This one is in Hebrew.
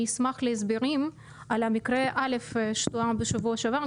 אני אשמח להסברים על מקרה א' שדיברנו עליו בשבוע שעבר,